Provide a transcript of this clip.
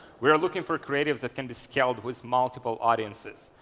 we're looking for creatives that can be scaled with multiple audiences.